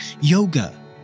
yoga